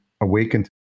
awakened